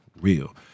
real